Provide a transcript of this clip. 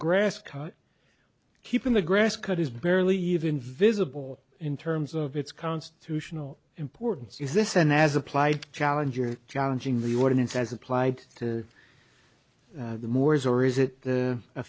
cut keeping the grass cut is barely even visible in terms of its constitutional importance is this an as applied challenger challenging the ordinance as applied to the mores or is it